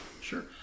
Sure